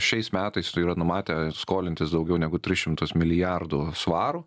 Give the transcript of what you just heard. šiais metais yra numatę skolintis daugiau negu tris šimtus milijardų svarų